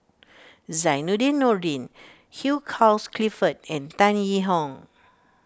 Zainudin Nordin Hugh Charles Clifford and Tan Yee Hong